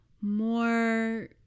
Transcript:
more